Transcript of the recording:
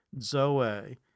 zoe